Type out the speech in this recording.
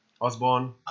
Osborne